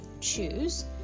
choose